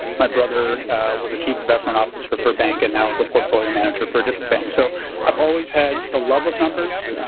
my brother was a chief investment officer for a bank and now is a portfolio manager for a different bank. so i've always had the love of numbers.